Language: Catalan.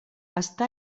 està